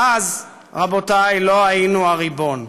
ואז, רבותי, לא היינו הריבון.